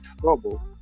trouble